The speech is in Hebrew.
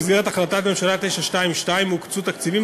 במסגרת החלטת הממשלה 922 הוקצו תקציבים